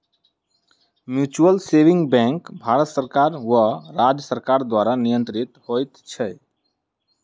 mutual saving bank Bharat सरकार वा राज्य सरकार द्वारा नियंत्रित होइत छै